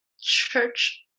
church